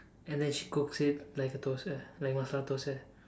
and then she cooks it like a dosai like masala dosai